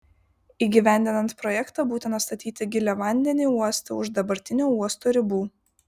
įgyvendinant projektą būtina statyti giliavandenį uostą už dabartinio uosto ribų